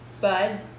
Bud